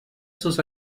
sus